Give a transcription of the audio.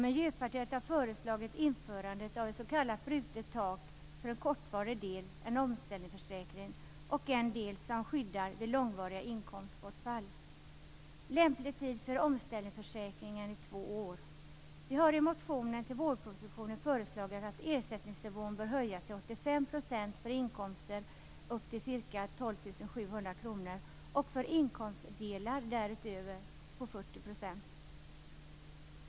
Miljöpartiet har föreslagit införande av ett s.k. brutet tak med en kortvarig del, en omställningsförsäkring, och en del som skyddar mot långvarigt inkomstbortfall. Lämplig tid för omställningsförsäkringar är två år. Vi har i motioner i anslutning till vårpropositionen föreslagit att ersättningsnivån skall höjas till 85 % för inkomster upp till ca 12 700 kr och för inkomstdelar däröver till 40 %.